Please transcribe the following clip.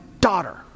daughter